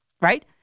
right